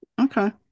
Okay